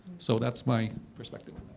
so that's my perspective